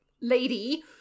lady